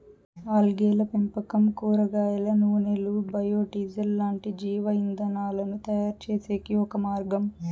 ఆల్గేల పెంపకం కూరగాయల నూనెలు, బయో డీజిల్ లాంటి జీవ ఇంధనాలను తయారుచేసేకి ఒక మార్గం